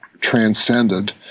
transcended